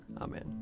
Amen